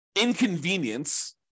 inconvenience